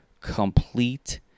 complete